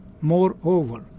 Moreover